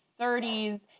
30s